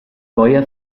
goya